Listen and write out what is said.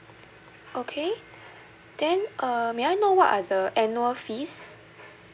okay then err may I know what are the annual fees